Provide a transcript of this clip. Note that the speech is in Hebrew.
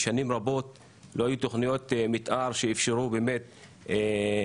שנים רבות לא היו תוכניות מתאר שאפשרו באמת לבנות.